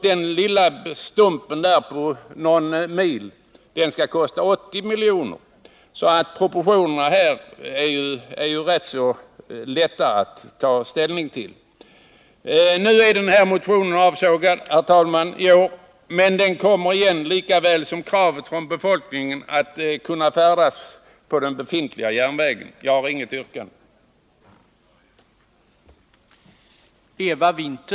Den lilla vägstumpen på någon mil skall kosta 80 milj.kr. Om man ser till proportionerna här är det ju lätt att ta ställning. Jag har inget yrkande.